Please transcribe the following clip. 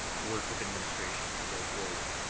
work with administration to go forward.